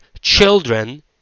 children